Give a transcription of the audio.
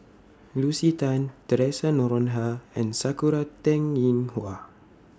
Lucy Tan Theresa Noronha and Sakura Teng Ying Hua